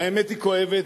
האמת היא כואבת,